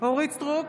אורית מלכה סטרוק,